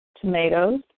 tomatoes